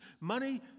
money